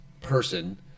person